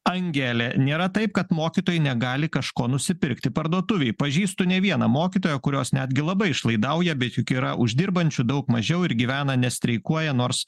angelė nėra taip kad mokytojai negali kažko nusipirkti parduotuvėj pažįstu ne vieną mokytoją kurios netgi labai išlaidauja bet juk yra uždirbančių daug mažiau ir gyvena nestreikuoja nors